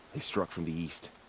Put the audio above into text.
they struck from the east.